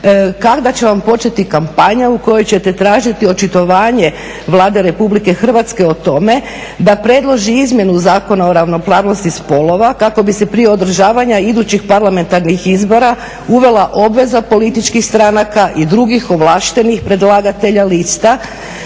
kada će vam početi kampanja u kojoj ćete tražiti očitovanje Vlade Republike Hrvatske o tome da predloži izmjenu Zakona o ravnopravnosti spolova kako bi se prije održavanja idućih parlamentarnih izbora uvela obveza političkih stranaka i drugih ovlaštenih predlagatelja lista